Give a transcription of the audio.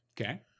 Okay